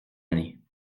année